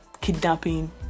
kidnapping